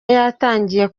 yatangiye